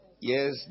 Yes